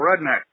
Redneck